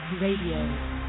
Radio